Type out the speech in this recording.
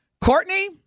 Courtney